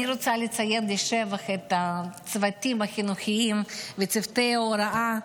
אני רוצה לציין לשבח את הצוותים החינוכיים וצוותי ההוראה,